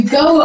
go